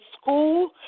school